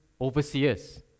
overseers